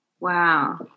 Wow